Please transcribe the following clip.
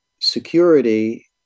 security